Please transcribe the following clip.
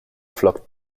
flockt